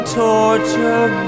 torture